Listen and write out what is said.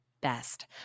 best